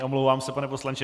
Omlouvám se, pane poslanče.